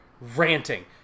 ranting